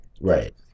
right